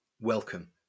Welcome